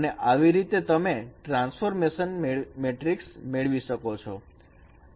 અને આવી રીતે તમે ટ્રાન્સફોર્મેશન મેટ્રિક્સ મેળવી શકો છો